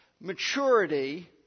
maturity